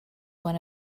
one